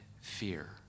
fear